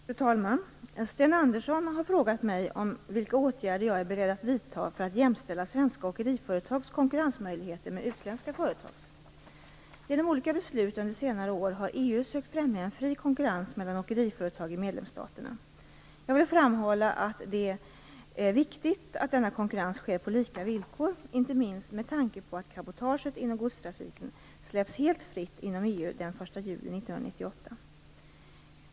Fru talman! Sten Andersson har frågat mig vilka åtgärder jag är beredd att vidta för att jämställa svenska åkeriföretags konkurrensmöjligheter med utländska företags. Genom olika beslut under senare år har EU sökt främja en fri konkurrens mellan åkeriföretag i medlemsstaterna. Jag vill framhålla att det är viktigt att denna konkurrens sker på lika villkor, inte minst med tanke på att cabotaget inom godstrafiken släpps helt fritt inom EU den 1 juli 1998.